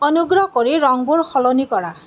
অনুগ্ৰহ কৰি ৰঙবোৰ সলনি কৰা